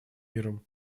миром